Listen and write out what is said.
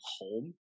home